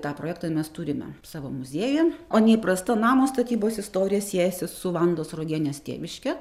tą projektą mes turime savo muziejuje o neįprasta namo statybos istorija siejasi su vandos sruogienės tėviške